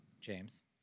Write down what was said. James